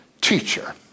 teacher